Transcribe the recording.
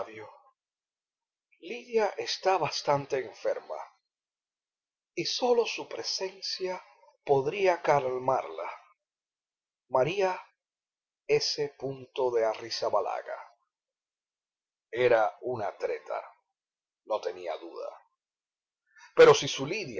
lidia está bastante enferma y sólo su presencia podría calmarla maría s de arrizabalaga era una treta no tenía duda pero si su lidia